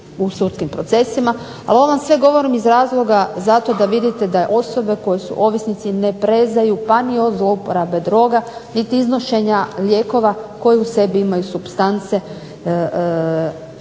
u sudskim procesima. Ali ovo vam sve govorim iz razloga zato da vidite da osobe koje su ovisnici ne prezaju pa ni od zlouporabe droga niti iznošenja lijekova koji u sebi imaju supstance